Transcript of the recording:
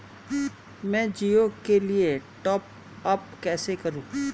मैं जिओ के लिए टॉप अप कैसे करूँ?